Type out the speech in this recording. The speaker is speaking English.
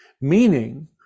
meaning